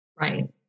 Right